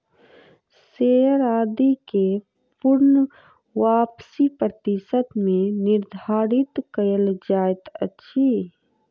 share आदि के पूर्ण वापसी प्रतिशत मे निर्धारित कयल जाइत अछि